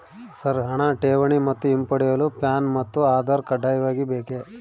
Sir ಹಣ ಠೇವಣಿ ಮತ್ತು ಹಿಂಪಡೆಯಲು ಪ್ಯಾನ್ ಮತ್ತು ಆಧಾರ್ ಕಡ್ಡಾಯವಾಗಿ ಬೇಕೆ?